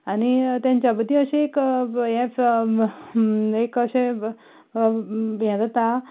आनी तेंच्या मदीं अशें एक हें एक अशें यें जाता